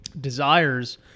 desires